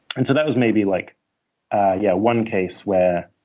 and so that was maybe like ah yeah one case where